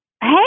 Hey